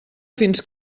fins